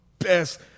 Best